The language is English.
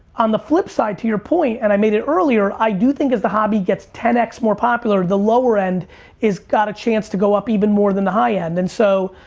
on the flip side, to your point and i made it earlier, i do think as the hobby gets ten x more popular, the lower end has got a chance to go up even more than the high end and so,